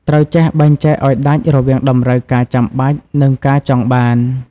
ត្រូវចេះបែងចែកឲ្យដាច់រវាងតម្រូវការចាំបាច់ និងការចង់បាន។